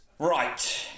Right